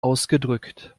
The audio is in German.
ausgedrückt